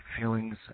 feelings